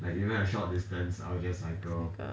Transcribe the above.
cycle